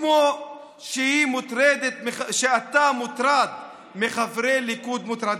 כמו שאתה מוטרד מחברי ליכוד מוטרדים,